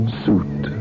suit